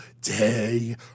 day